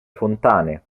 fontane